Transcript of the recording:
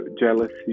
Jealousy